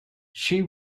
she